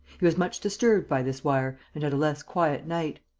he was much disturbed by this wire and had a less quiet night.